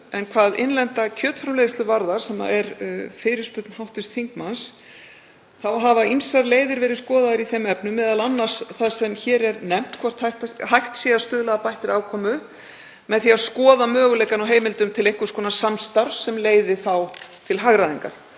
Hvað innlenda kjötframleiðslu varðar, sem er fyrirspurn hv. þingmanns, þá hafa ýmsar leiðir verið skoðaðar í þeim efnum, m.a. það sem hér er nefnt, hvort hægt sé að stuðla að bættri afkomu með því að skoða möguleikann á heimildum til einhvers konar samstarfs sem leiði þá til hagræðingar.